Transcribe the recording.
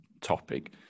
topic